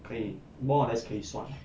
可以 more or less 可以算